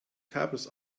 kabels